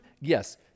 Yes